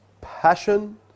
passion